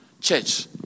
church